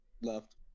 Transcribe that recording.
Left